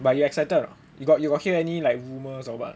but you excited or not you got you got hear any like rumors or [what] or not